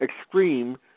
extreme